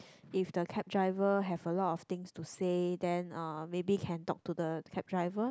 if the cab driver have a lot of things to say then uh maybe can talk to the cab driver